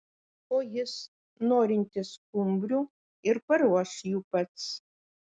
o jis norintis skumbrių ir paruoš jų pats